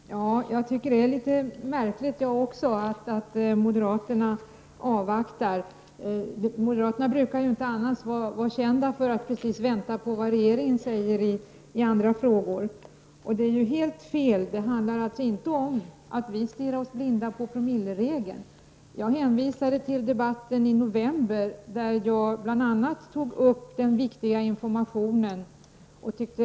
Fru talman! Jag tycker också att det är litet märkligt att moderaterna avvaktar. Moderaterna brukar ju annars inte precis vara kända för att vänta på vad regeringen säger i olika frågor. Det handlar alltså inte om att vi stirrar oss blinda på promilleregeln. Jag hänvisade till debatten i november då jag bl.a. tog upp den viktiga informationen.